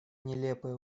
нелепые